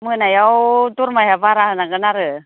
मोनायाव दरमाया बारा होनांगोन आरो